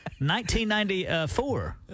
1994